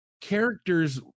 characters